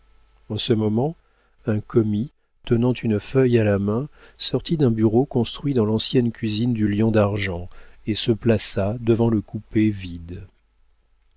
en ce moment un commis tenant une feuille à la main sortit d'un bureau construit dans l'ancienne cuisine du lion d'argent et se plaça devant le coupé vide